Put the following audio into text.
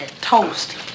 toast